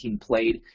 played